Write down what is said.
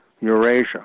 Eurasia